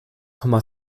komma